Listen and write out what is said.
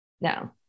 No